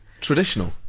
Traditional